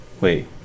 wait